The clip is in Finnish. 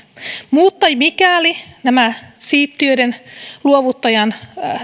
mutta mikäli siittiöiden luovuttajan